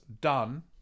done